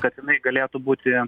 kad jinai galėtų būti